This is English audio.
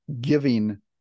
giving